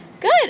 Good